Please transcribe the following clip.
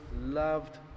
loved